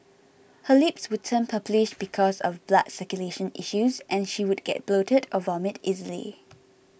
her lips would turn purplish because of blood circulation issues and she would get bloated or vomit easily